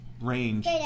range